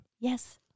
Yes